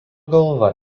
galva